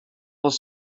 was